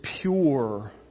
pure